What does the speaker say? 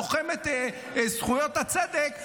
לוחמת זכויות הצדק,